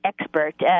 expert